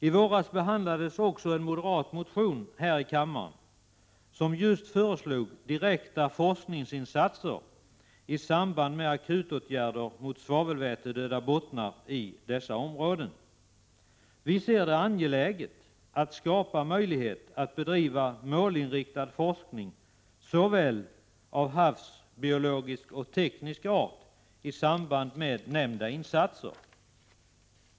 I våras behandlades också här i kammaren en moderat motion, som just föreslog direkta forskningsinsatser i samband med akutåtgärder mot svavelvätedöda havsbottnar i dessa områden. Vi anser det angeläget att skapa möjlighet att bedriva målinriktad forskning av såväl havsbiologisk som teknisk art i samband med nämnda insatser.